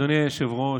אדוני היושב-ראש,